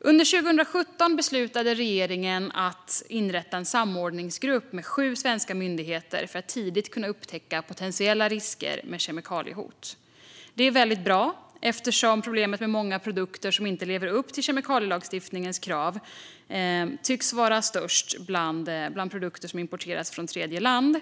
Under 2017 beslutade regeringen att inrätta en samordningsgrupp med sju svenska myndighetschefer för att tidigt kunna upptäcka potentiella kemikaliehot. Det är väldigt bra. Men när det gäller att många produkter inte lever upp till kemikalielagstiftningens krav tycks det vara störst problem bland produkter som importeras från tredjeland.